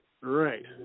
Right